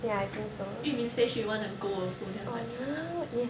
yu min say she wanna go also then I'm like